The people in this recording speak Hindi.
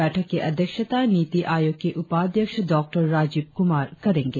बैठक की अध्यक्षता नीति आयोग के उपाध्यक्ष डॉ राजीव कुमार करेंगे